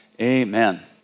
amen